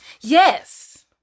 Yes